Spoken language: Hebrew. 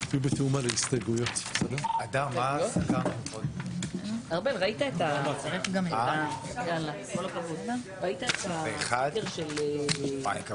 הישיבה ננעלה בשעה 10:35.